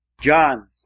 John